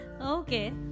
Okay